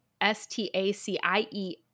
S-T-A-C-I-E